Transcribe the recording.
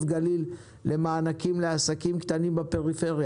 גליל למענקים לעסקים קטנים בפריפריה.